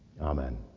Amen